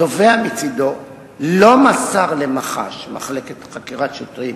התובע מצדו לא מסר למח"ש, המחלקה לחקירות שוטרים,